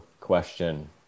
question